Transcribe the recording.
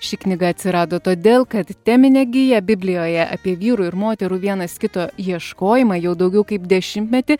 ši knyga atsirado todėl kad teminė gija biblijoje apie vyrų ir moterų vienas kito ieškojimą jau daugiau kaip dešimtmetį